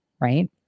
Right